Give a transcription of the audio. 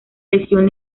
lesión